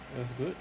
that's good